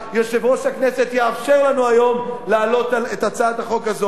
יושב-ראש הכנסת יאפשר לנו היום להעלות את הצעת החוק הזאת,